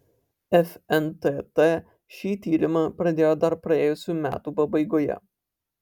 fntt šį tyrimą pradėjo dar praėjusių metų pabaigoje